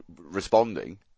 Responding